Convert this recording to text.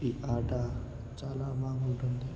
ఈ ఆట చాలా బాగుంటుంది